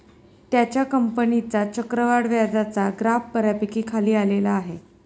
त्याच्या कंपनीचा चक्रवाढ व्याजाचा ग्राफ बऱ्यापैकी खाली आलेला आहे